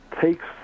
takes